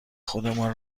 خودمان